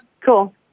Cool